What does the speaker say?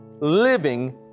living